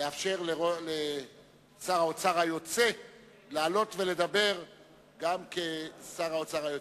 נאפשר לשר האוצר היוצא לעלות ולדבר גם כשר האוצר היוצא.